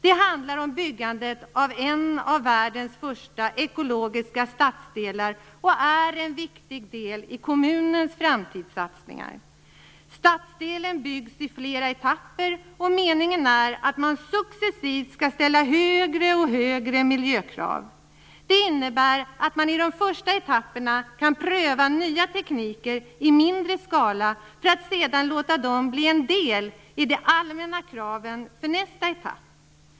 Det handlar om byggandet av en av världens första ekologiska stadsdelar och är en viktig del i kommunens framtidssatsningar. Stadsdelen byggs i flera etapper, och meningen är att man successivt skall ställa allt högre miljökrav. Det innebär att man i de första etapperna kan pröva nya tekniker i mindre skala för att sedan låta dem bli en del i de allmänna kraven för nästa etapp.